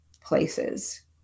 places